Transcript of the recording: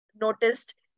noticed